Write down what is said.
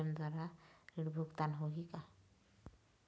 ATM द्वारा ऋण भुगतान होही का?